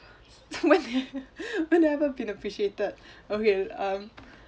when did I when did I ever been appreciated okay um